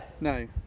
No